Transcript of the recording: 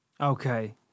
Okay